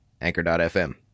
Anchor.fm